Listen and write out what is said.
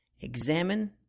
examine